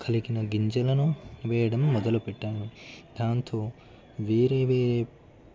కలిగిన గింజలను వెయ్యడం మొదలు పెట్టాను దాంతో వేరే వేరే